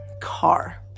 car